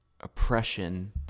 oppression